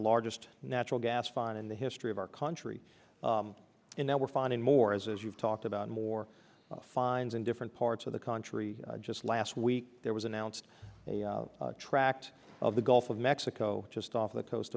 the largest natural gas find in the history of our country and now we're finding more as you've talked about more fines in different parts of the country just last week there was announced a tract of the gulf of mexico just off the coast